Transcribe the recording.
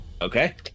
Okay